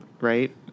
right